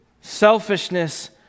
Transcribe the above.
selfishness